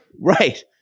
right